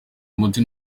umutsi